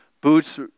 boots